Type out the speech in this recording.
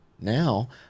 now